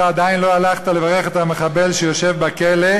עדיין לא הלכת לברך את המחבל שיושב בכלא,